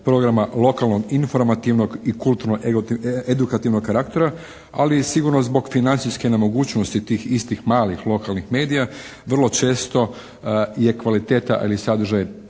programa lokalnog, informativnog i kulturno edukativnog karaktera, ali i sigurno zbog financijske nemogućnosti tih istih malih lokalnih medija vrlo često je kvaliteta ili sadržaj